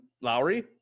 Lowry